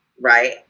right